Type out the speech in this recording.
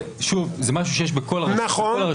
שוב, זה משהו שיש בכל הרשויות.